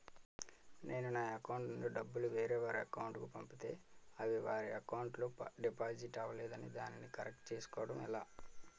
నేను నా అకౌంట్ నుండి డబ్బు వేరే వారి అకౌంట్ కు పంపితే అవి వారి అకౌంట్ లొ డిపాజిట్ అవలేదు దానిని కరెక్ట్ చేసుకోవడం ఎలా?